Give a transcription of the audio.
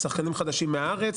שחקנים חדשים מהארץ,